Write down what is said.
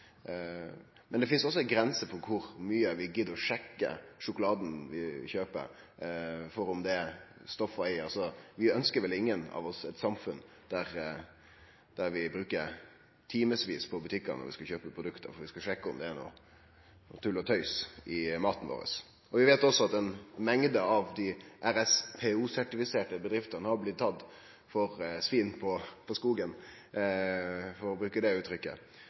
Men det finst ei grense for kor mykje vi gidd å sjekke t.d. sjokoladen vi kjøper, for kva stoff det er i han. Ingen av oss ønskjer vel eit samfunn der vi må opphalde oss timevis i butikkane for å sjekke om det er tull og tøys i maten vår. Vi veit også at ei mengd av dei RSPO-sertifiserte bedriftene har blitt tatt for svin på skogen, for å bruke det uttrykket.